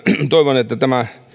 toivon että tämä